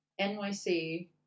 NYC